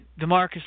Demarcus